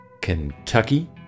Kentucky